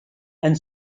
and